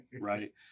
right